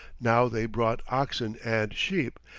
now they brought oxen and sheep,